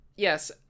Yes